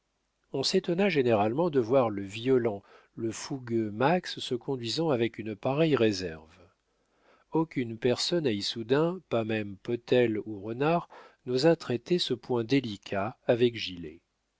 on s'étonna généralement de voir le violent le fougueux max se conduisant avec une pareille réserve aucune personne à issoudun pas même potel ou renard n'osa traiter ce point délicat avec gilet